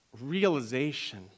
realization